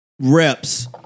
reps